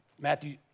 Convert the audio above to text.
Matthew